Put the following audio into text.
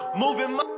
Moving